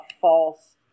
false